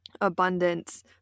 abundance